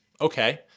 okay